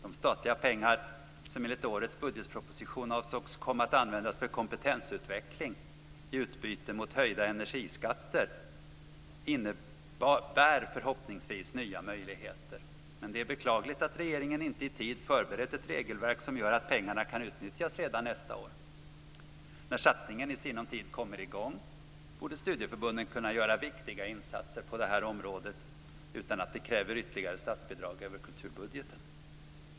De statliga pengar som enligt årets budgetproposition avsågs komma att användas för kompetensutveckling, i utbyte mot höjda energiskatter, innebär förhoppningsvis nya möjligheter. Det är beklagligt att regeringen inte i tid förberett ett regelverk som gör att pengarna kan utnyttjas redan nästa år. När satsningen i sinom tid kommer i gång borde studieförbunden kunna göra viktiga insatser på detta område utan att det kräver ytterligare statsbidrag över kulturbudgeten.